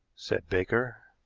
said baker.